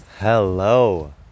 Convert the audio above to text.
Hello